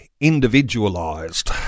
individualized